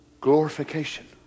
glorification